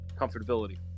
comfortability